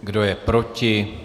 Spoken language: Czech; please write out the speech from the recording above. Kdo je proti?